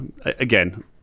again